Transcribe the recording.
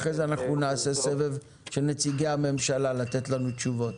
אחר כך אנחנו נעשה סבב של נציגי הממשלה לתת לנו תשובות.